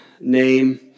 name